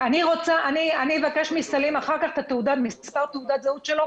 אני אבקש מסלים אחר כך את מספר תעודת הזהות שלו.